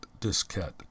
diskette